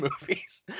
movies